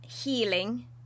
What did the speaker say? healing